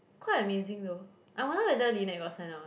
quite amazing though I wonder whether Lynette got sign up or not